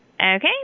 Okay